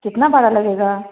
कितना भाड़ा लगेगा